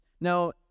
Now